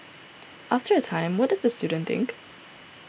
after a time what does the student think